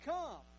Come